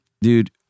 Dude